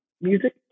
music